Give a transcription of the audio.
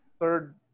third